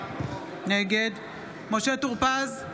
נגד משה טור פז,